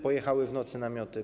Pojechały w nocy namioty.